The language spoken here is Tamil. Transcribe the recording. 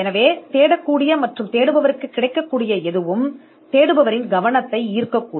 எனவே குறியிடப்பட்ட மற்றும் தேடக்கூடிய மற்றும் தேடுபவருக்கு கிடைக்கக்கூடிய எதையும் தேடுபவரின் கவனத்தை ஈர்க்கக்கூடும்